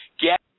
get